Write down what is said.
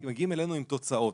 מגיעים אלינו עם תוצאות.